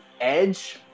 Edge